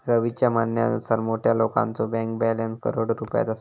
रवीच्या म्हणण्यानुसार मोठ्या लोकांचो बँक बॅलन्स करोडो रुपयात असा